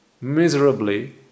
miserably